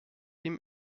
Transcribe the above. ihm